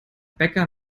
bäcker